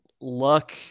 Luck